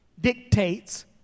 dictates